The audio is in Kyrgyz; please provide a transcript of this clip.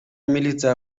милиция